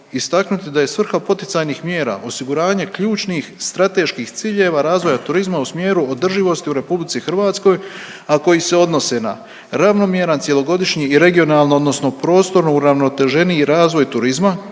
da je svrha poticajnih mjera osiguranje ključnih strateških ciljeva razvoja turizma u smjeru održivosti u RH, a koji se odnose na ravnomjeran, cjelogodišnji i regionalno odnosno prostorno uravnoteženiji razvoj turizma